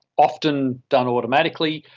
often done automatically,